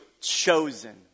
chosen